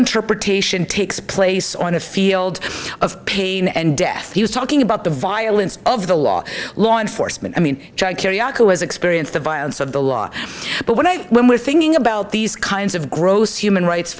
interpretation takes place on the field of pain and death he was talking about the violence of the law law enforcement i mean john kiriakou has experienced the violence of the law but when i when we're thinking about these kinds of gross human rights